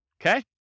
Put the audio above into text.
okay